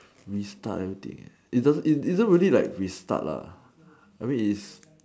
restart everything it doesn't it isn't really like restart lah I mean it's